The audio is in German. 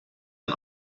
ein